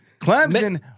Clemson